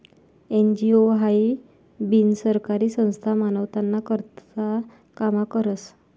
NGO हाई बिनसरकारी संस्था मानवताना करता काम करस